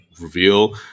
reveal